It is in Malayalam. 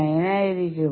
9 ആയിരിക്കും